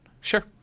Sure